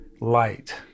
light